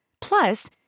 Plus